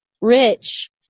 rich